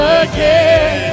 again